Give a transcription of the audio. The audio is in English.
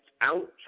out